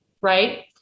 right